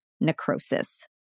necrosis